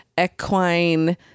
equine